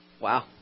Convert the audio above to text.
Wow